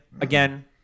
Again